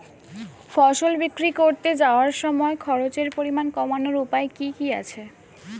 ফসল বিক্রি করতে যাওয়ার সময় খরচের পরিমাণ কমানোর উপায় কি কি আছে?